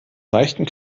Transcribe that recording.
seichten